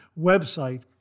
website